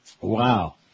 Wow